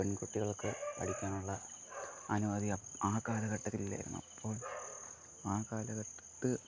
പെൺകുട്ടികൾക്ക് പഠിക്കാനുള്ള അനുമതി ആ കാലഘട്ടത്തിൽ ഇല്ലായിരുന്നു അപ്പോൾ ആ കാലഘട്ടത്ത്